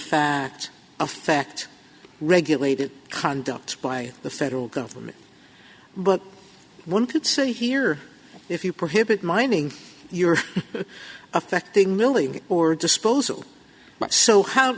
fact affect regulated conduct by the federal government but one could say here if you prohibit mining your affecting lilly or disposal so how